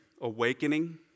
awakening